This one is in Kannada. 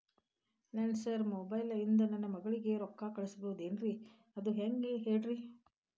ಸರ್ ನನ್ನ ಮೊಬೈಲ್ ಇಂದ ನನ್ನ ಮಗಳಿಗೆ ರೊಕ್ಕಾ ಕಳಿಸಬಹುದೇನ್ರಿ ಅದು ಹೆಂಗ್ ಹೇಳ್ರಿ